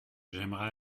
j’aimerais